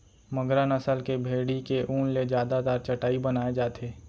मगरा नसल के भेड़ी के ऊन ले जादातर चटाई बनाए जाथे